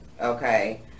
Okay